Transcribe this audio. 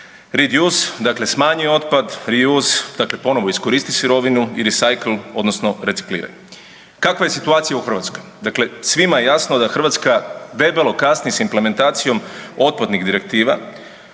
reduce dakle smanji otpad, reuse dakle ponovo iskoristi sirovinu i recycle odnosno recikliraj. Kakva je situacija u Hrvatskoj? Dakle, svima je jasno da Hrvatska debelo kasni s implementacijom otpadnih direktiva,